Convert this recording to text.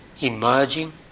emerging